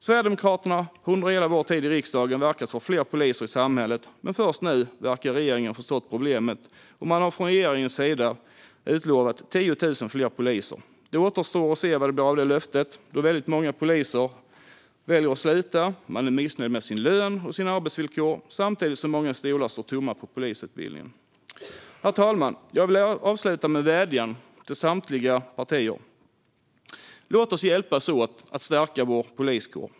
Sverigedemokraterna har under hela vår tid i riksdagen verkat för fler poliser i samhället, men först nu verkar regeringen ha förstått problemet. Man har från regeringens sida utlovat 10 000 fler poliser. Det återstår att se vad det blir av detta löfte - väldigt många poliser väljer att sluta eftersom de är missnöjda med sin lön och sina arbetsvillkor, samtidigt som många stolar står tomma på polisutbildningen. Herr talman! Jag vill avsluta med en vädjan till samtliga partier: Låt oss hjälpas åt att stärka vår poliskår!